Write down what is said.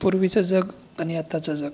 पूर्वीचं जग आणि आताचं जग